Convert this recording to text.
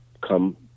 come